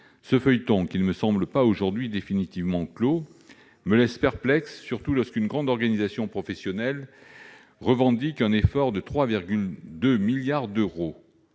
Ce feuilleton, qui ne me semble pas encore définitivement clos, me laisse perplexe, surtout lorsqu'une grande organisation professionnelle revendique un effort de 3,2 milliards d'euros,